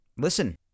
listen